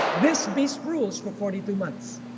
this beast rules for forty two months.